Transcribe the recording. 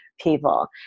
people